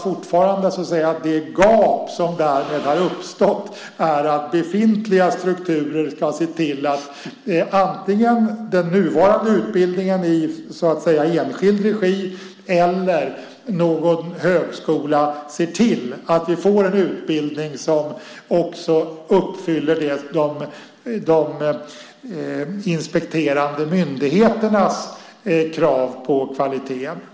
För att fylla det gap som därmed har uppstått hoppas jag fortfarande att antingen den nuvarande utbildningen i enskild regi eller någon högskola ser till att vi får en utbildning som uppfyller de inspekterande myndigheternas krav på kvalitet.